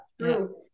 True